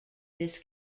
this